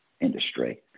industry